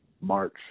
March